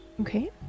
Okay